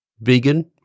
vegan